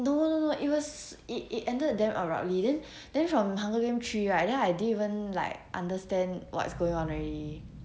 no no no it was it ended damm abruptly then then from hunger game three right then I didn't like understand what's going on already